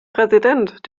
präsident